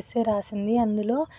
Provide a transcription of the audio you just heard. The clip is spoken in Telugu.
ఎస్సే రాసింది అందులో